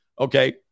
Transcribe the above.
okay